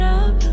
up